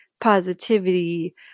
positivity